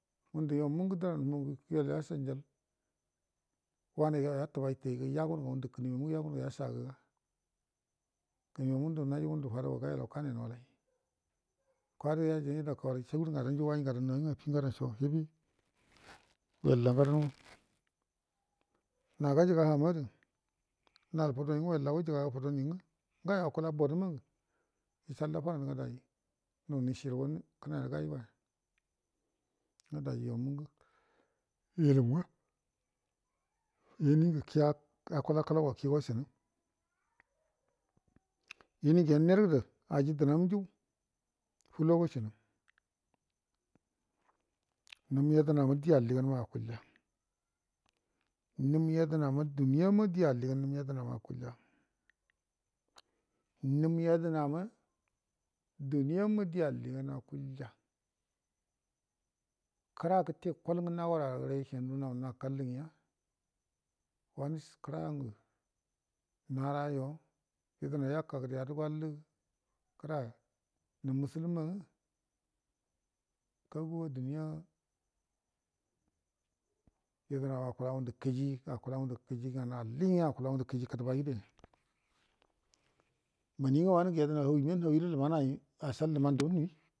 Ngundə yoya mungə dəran ngə yal yasharijal wanaiga yau yatubai taiga ngundu kənumjo mu ngə yagunga yashagəga danyo ngundu nayi ngundu fadanga gayalau ranai nawalai kwadə yajai nga ida kawalai shugur ngadanju wai ngadanai aga affi ngadancho hibi wella ngadango na gajiga ha ma də nal fudoyu nga wellago ijigagə fudo nin nga ngaya ngayo akula bodə mangə ishal dafaranga daji nunishi rugo nənainə gaigoya nga daji yo mungə imum nga in ngə kiya akula kəlauga kigo shinə ini ngə yannerə du aji dunumju fulogo shinə num yadəna ina di alligango akulya num yadənama duniyama di alliga num yadənama akulyan num yadənama duniyana di alliyan akulya kəra gəte kol ngə nagwarare shaudu nau nakallə nya wanə kərangə naraigo yagənai yaka də yadugwallə kəra num muslim ma ngə kaguwa duniya yadənana akula nga ndə kəji-akula ngundə kəji nganə alli nga akula ngundə kəji kədəbai doya muni nga anmugə yadənama hani miya namiru lumana ashal lumando numi